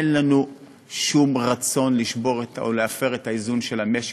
אין לנו שום רצון לשבור או להפר את האיזון של המשק,